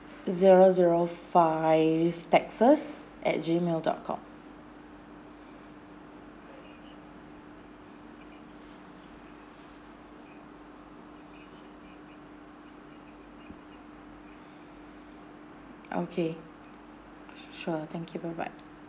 zero zero five texas at gmail dot com okay sure thank you bye bye